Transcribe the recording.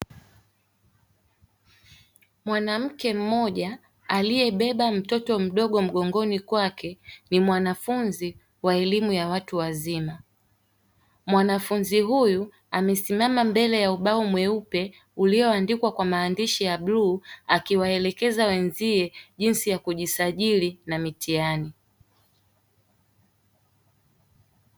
Mwanamke mmoja aliyebeba mtoto mdogo mgongoni kwake ni mwanafunzi wa elimu ya watu wazima. Mwanafunzi huyu amesimama mbele ya ubao mweupe ulioandikwa kwa maandishi ya bluu akiwaelekeza wenzie jinsi ya kujisajili na mitihani.